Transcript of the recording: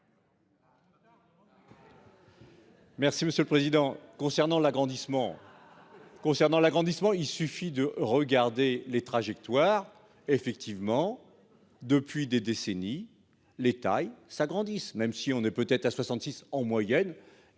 Concernant l'agrandissement. Concernant l'agrandissement il suffit de regarder les trajectoires effectivement. Depuis des décennies les tailles s'agrandissent, même si on est peut-être à 66 en moyenne.